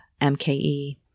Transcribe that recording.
MKE